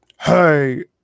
hey